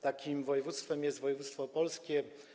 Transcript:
Takim województwem jest województwo opolskie.